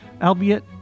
albeit